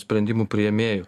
sprendimų priėmėjų